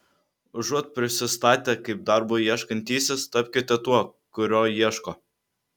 užuot prisistatę kaip darbo ieškantysis tapkite tuo kurio ieško